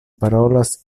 parolas